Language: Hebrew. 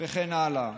וכן הלאה.